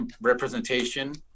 representation